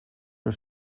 are